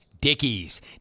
Dickies